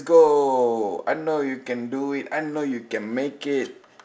go I know you can do it I know you can make it